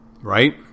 right